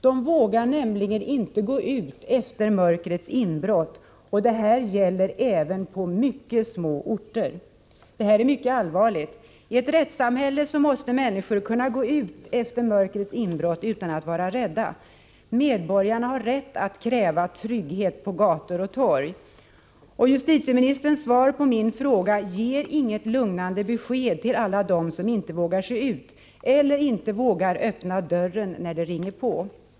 De vågar nämligen inte gå ut efter mörkrets inbrott, och det gäller även på mycket små orter. Detta är mycket allvarligt. I ett rättssamhälle måste människor kunna gå ut efter mörkrets inbrott utan att vara rädda. Medborgarna har rätt att kräva trygghet på gator och torg. Justitieministerns svar på min fråga ger inget lugnande besked till alla dem som inte vågar ge sig ut eller inte vågar öppna dörren när någon ringer på.